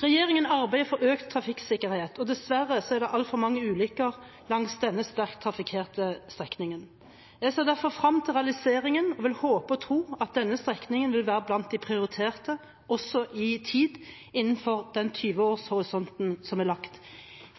Regjeringen arbeider for økt trafikksikkerhet, og dessverre er det altfor mange ulykker langs denne sterkt trafikkerte strekningen. Jeg ser derfor frem til realiseringen og vil håpe og tro at denne strekningen vil være blant de prioriterte, også i tid, innenfor den 20-årshorisonten som er lagt